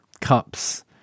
cups